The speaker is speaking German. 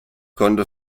konnte